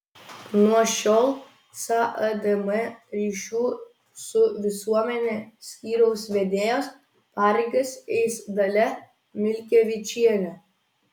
nuo šiol sadm ryšių su visuomene skyriaus vedėjos pareigas eis dalia milkevičienė